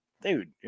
dude